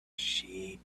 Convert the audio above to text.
sheep